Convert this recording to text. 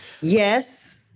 Yes